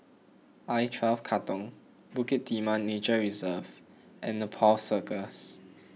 I twelve Katong Bukit Timah Nature Reserve and Nepal Circus